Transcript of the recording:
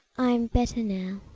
i'm better now,